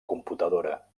computadora